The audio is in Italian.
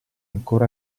ancora